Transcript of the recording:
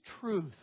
truth